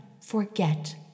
forget